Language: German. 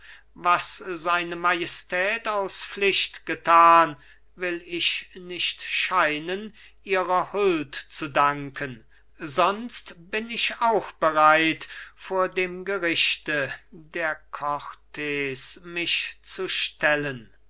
was seine majestät aus pflicht getan will ich nicht scheinen ihrer huld zu danken sonst bin ich auch bereit vor dem gerichte der cortes mich zu stellen